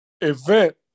event